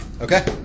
Okay